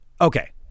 okay